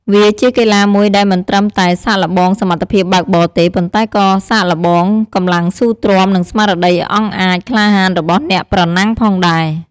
វាជាកីឡាមួយដែលមិនត្រឹមតែសាកល្បងសមត្ថភាពបើកបរទេ ប៉ុន្តែក៏សាកល្បងកម្លាំងស៊ូទ្រាំ និងស្មារតីអង់អាចក្លាហានរបស់អ្នកប្រណាំងផងដែរ។